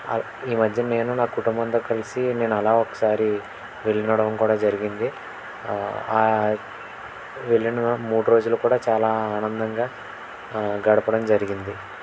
ఈ మధ్య నేను నా కుటుంబంతో కలిసి నేను అలా ఒకసారి వెళ్ళడం కూడా జరిగింది వెళ్ళిన మూడు రోజులు కూడా చాలా ఆనందంగా గడపడం జరిగింది